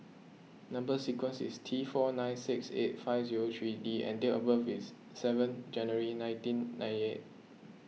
Number Sequence is T four nine six eight five zero three D and date of birth is seven January nineteen ninety eight